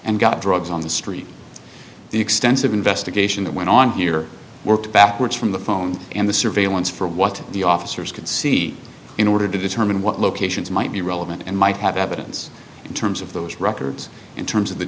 and got drugs on the street the extensive investigation that went on here worked backwards from the phone and the surveillance for what the officers could see in order to determine what locations might be relevant and might have evidence in terms of those records in terms of the